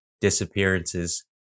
disappearances